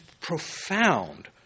profound